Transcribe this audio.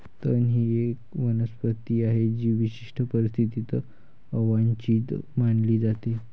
तण ही एक वनस्पती आहे जी विशिष्ट परिस्थितीत अवांछित मानली जाते